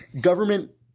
government